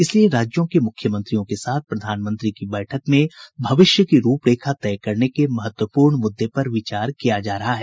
इसलिए राज्यों के मुख्यमंत्रियों के साथ प्रधानमंत्री की बैठक में भविष्य की रूपरेखा तय करने के महत्वपूर्ण मुद्दे पर विचार किया जा रहा है